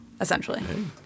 essentially